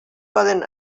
poden